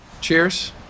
Cheers